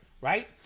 Right